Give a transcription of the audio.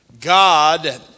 God